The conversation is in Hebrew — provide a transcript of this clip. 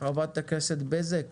מגלים שלפעמים יבוא זה לא הוזלה,